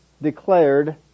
declared